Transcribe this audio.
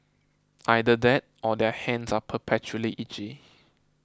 either that or their hands are perpetually itchy